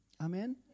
Amen